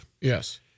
Yes